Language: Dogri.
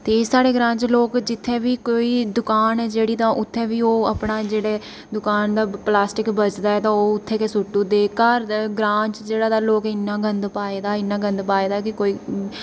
ते साढ़े ग्रांऽ च लोग जित्थै वी कोई दकान ऐ जेह्ड़ी ते उत्थै बी ओह् अपना जेह्ड़े दुकान दा प्लास्टिक बचदा ऐ ते ओह् उत्थै गै सु'ट्टी ओड़दे घर दे ग्रांऽ जेह्ड़ा ते लोग जेह्ड़ा इ'न्ना गंद पाए दा इ'न्ना गंद पाए दा कि कोई